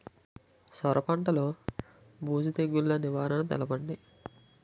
సొర పంటలో బూజు తెగులు నివారణ తెలపండి?